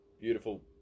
beautiful